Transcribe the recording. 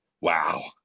Wow